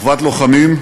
אחוות לוחמים,